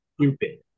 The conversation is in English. Stupid